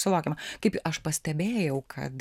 suvokiama kaip aš pastebėjau kad